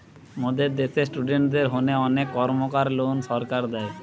মোদের দ্যাশে ইস্টুডেন্টদের হোনে অনেক কর্মকার লোন সরকার দেয়